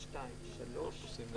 שישה.